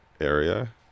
area